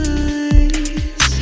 eyes